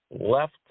Left